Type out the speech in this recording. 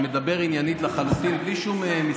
אני מדבר עניינית לחלוטין, בלי שום משחקים.